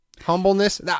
humbleness